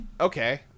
Okay